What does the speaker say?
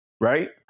Right